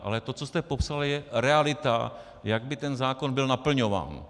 Ale to, co jste popsal, je realita, jak by ten zákon byl naplňován.